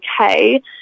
okay